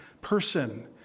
person